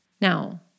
Now